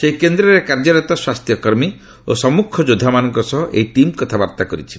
ସେହି କେନ୍ଦ୍ରରେ କାର୍ଯ୍ୟରତ ସ୍ୱାସ୍ଥ୍ୟକର୍ମୀ ଓ ସମ୍ମୁଖ ଯୋଦ୍ଧାମାନଙ୍କ ସହ ଏହି ଟିମ୍ କଥାବାର୍ତ୍ତା କରିଛି